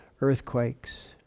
earthquakes